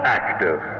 active